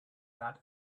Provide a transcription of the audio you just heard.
that